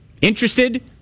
Interested